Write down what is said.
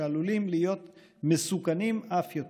שעלולים להיות מסוכנים אף יותר.